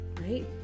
Right